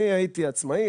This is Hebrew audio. אני הייתי עצמאי,